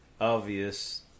obvious